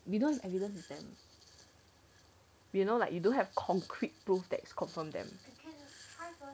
we don't have evidence is them we you know like you don't have concrete proof that is confirm them